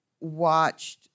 watched